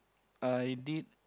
i did